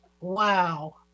Wow